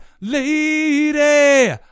Lady